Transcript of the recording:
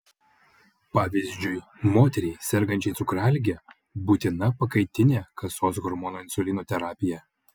pavyzdžiui moteriai sergančiai cukralige būtina pakaitinė kasos hormono insulino terapija